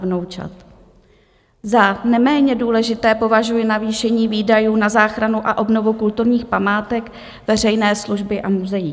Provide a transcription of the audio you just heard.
Za neméně důležité považuji navýšení výdajů na záchranu a obnovu kulturních památek veřejné služby a muzeí.